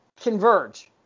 converge